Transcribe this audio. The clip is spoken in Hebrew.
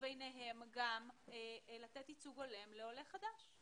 וביניהם גם לתת ייצוג הולם לעולה חדש.